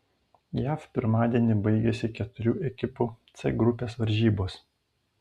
jav pirmadienį baigėsi keturių ekipų c grupės varžybos